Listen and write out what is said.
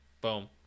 boom